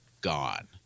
Gone